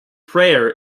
prayer